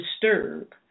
disturb